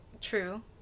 True